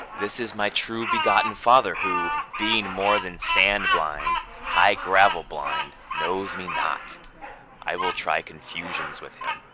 this is my true-begotten father, who, being more than sand-blind, high-gravel blind, knows me not i will try confusions with him.